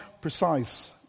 precise